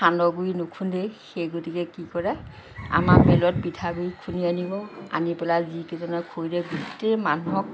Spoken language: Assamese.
সান্দহ গুড়ি নুখুন্দেই সেই গতিকে কি কৰে আমাৰ মিলত পিঠাগুড়ি খুন্দি আনিব আনি পেলাই যিকেইজনে খৰি দিয়ে গোটেই মানুহক